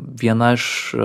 viena iš